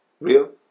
Real